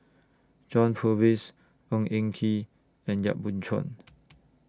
John Purvis Ng Eng Kee and Yap Boon Chuan